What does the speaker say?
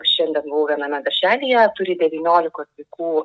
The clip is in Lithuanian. šiandien buvau viename darželyje turi devyniolikos vaikų